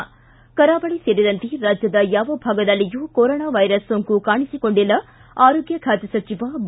ಿ ಕರಾವಳಿ ಸೇರಿದಂತೆ ರಾಜ್ಯದ ಯಾವ ಭಾಗದಲ್ಲಿಯೂ ಕೊರೋನಾ ವೈರಸ್ ಸೋಂಕು ಕಾಣಿಸಿಕೊಂಡಿಲ್ಲಿ ಆರೋಗ್ಯ ಖಾತೆ ಸಚಿವ ಬಿ